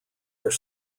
are